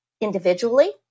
individually